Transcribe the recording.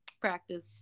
practice